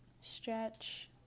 stretch